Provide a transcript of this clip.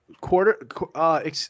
Quarter